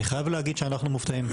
אני חייב להגיד שאנחנו מופתעים.